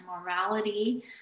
morality